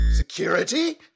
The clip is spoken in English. Security